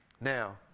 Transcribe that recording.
Now